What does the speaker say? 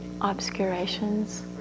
obscurations